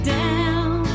down